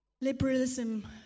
Liberalism